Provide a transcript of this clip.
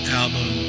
album